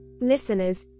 Listeners